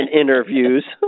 interviews